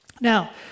Now